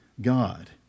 God